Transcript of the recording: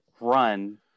run